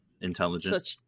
intelligent